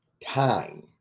Time